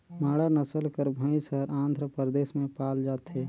मांडा नसल कर भंइस हर आंध्र परदेस में पाल जाथे